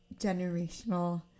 generational